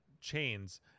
chains